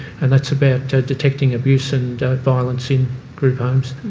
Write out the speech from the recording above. and that's about detecting abuse and violence in group homes.